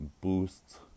boost